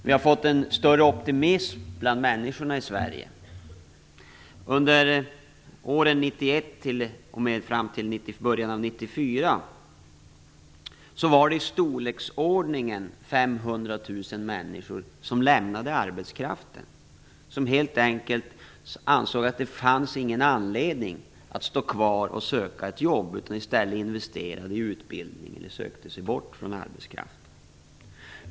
Vi har fått en större optimism bland människorna i lämnade i storleksordningen 500 000 människor arbetskraften. De ansåg helt enkelt att det inte fanns någon anledning att står kvar och söka ett jobb, utan investerade i stället i utbildning eller sökte sig bort från arbetskraften.